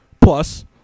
plus